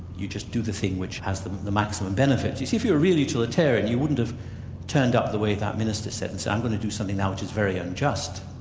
you just do the thing which has the the maximum benefit. you see if you're a real utilitarian you wouldn't have turned up the way that minister said and say i'm going to do something now which is very unjust.